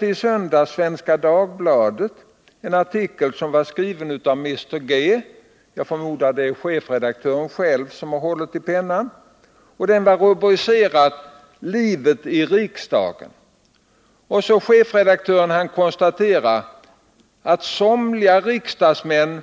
I söndagens Svenska Dagbladet läste jag en artikel som var skriven av signaturen Mr G. — jag förmodar att det är chefredaktören själv som har hållit i pennan. Den var rubricerad Livet i riksdagen. Chefredaktören konstaterade: ”Somliga riksdagsmän